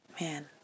man